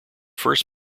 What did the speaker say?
first